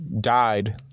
Died